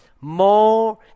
more